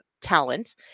talent